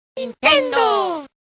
¡Nintendo